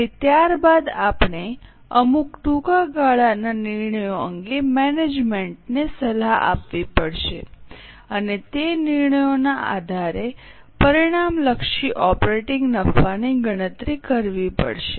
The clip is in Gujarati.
અને ત્યારબાદ આપણે અમુક ટૂંકા ગાળાના નિર્ણયો અંગે મેનેજમેંટને સલાહ આપવી પડશે અને તે નિર્ણયોના આધારે પરિણામલક્ષી ઓપરેટીંગ નફાની ગણતરી કરવી પડશે